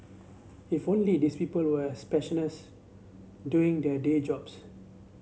if only these people were as doing their day jobs